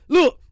Look